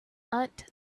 aunt